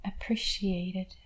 appreciated